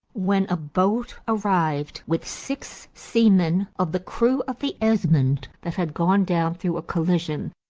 when a boat arrived with six seamen of the crew of the esmond that had gone down through a collision,